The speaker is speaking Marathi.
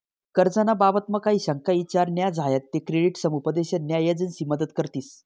कर्ज ना बाबतमा काही शंका ईचार न्या झायात ते क्रेडिट समुपदेशन न्या एजंसी मदत करतीस